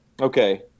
Okay